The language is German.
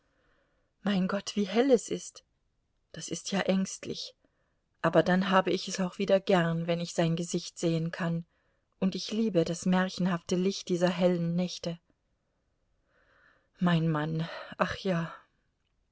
mein gott wie hell es ist das ist ja ängstlich aber dann habe ich es auch wieder gern wenn ich sein gesicht sehen kann und ich liebe das märchenhafte licht dieser hellen nächte mein mann ach ja